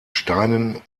steinen